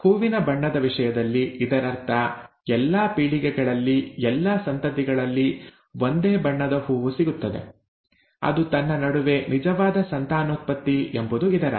ಹೂವಿನ ಬಣ್ಣದ ವಿಷಯದಲ್ಲಿ ಇದರರ್ಥ ಎಲ್ಲಾ ಪೀಳಿಗೆಗಳಲ್ಲಿ ಎಲ್ಲಾ ಸಂತತಿಗಳಲ್ಲಿ ಒಂದೇ ಬಣ್ಣದ ಹೂವು ಸಿಗುತ್ತದೆ ಅದು ತನ್ನ ನಡುವೆ ನಿಜವಾದ ಸಂತಾನೋತ್ಪತ್ತಿ ಎಂಬುದು ಇದರರ್ಥ